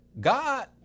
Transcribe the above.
God